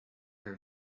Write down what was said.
her